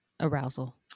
Arousal